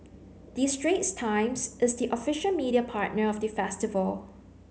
the Straits Times is the official media partner of the festival